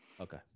okay